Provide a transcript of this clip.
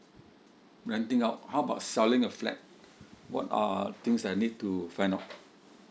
renting out how about selling a flat what are things I need to find out